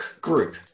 group